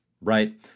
Right